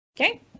okay